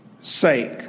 sake